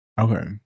Okay